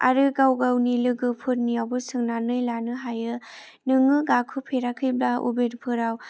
आरो गाव गावनि लोगोफोरनिआवबो सोंनानै लानो हायो नोङो गाखो फेराखैब्ला उबेरफोराव